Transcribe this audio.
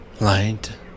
Light